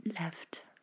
left